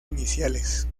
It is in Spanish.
iniciales